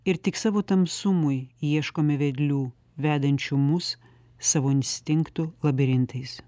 ir tik savo tamsumui ieškome vedlių vedančių mus savo instinktų labirintais